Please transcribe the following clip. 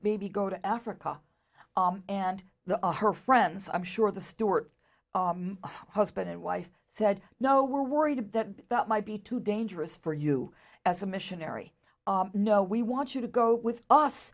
maybe go to africa and the her friends i'm sure the stuart husband and wife said no we're worried that that might be too dangerous for you as a missionary no we want you to go with us